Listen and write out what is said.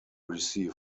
receive